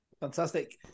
Fantastic